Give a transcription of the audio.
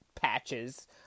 patches